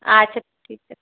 আচ্ছা ঠিক আছে